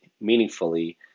meaningfully